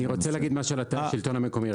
אני רוצה להגיד משהו על הטענה של השלטון המקומי.